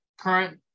current